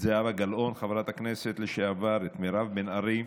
את זהבה גלאון חברת הכנסת לשעבר, את מירב בן ארי.